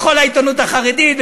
בכל העיתונות החרדית,